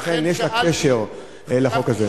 לכן יש לה קשר לחוק הזה.